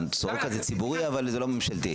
סורוקה זה ציבורי אבל זה לא ממשלתי.